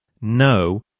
no